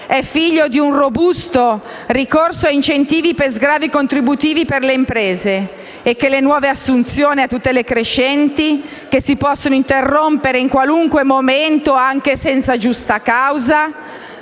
è figlio di un robusto ricorso a incentivi per sgravi contributivi per le imprese, e che le nuove assunzioni a tutele crescenti, che si possono interrompere in qualunque momento, anche senza giusta causa,